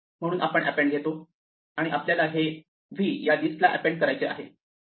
म्हणून आपण एपेंड घेतो आणि आपल्याला हे v या लिस्टला एपेंड करायचे आहे